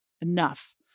enough